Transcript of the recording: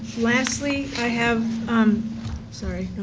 lastly, i have um sorry,